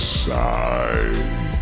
side